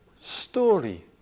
story